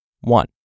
One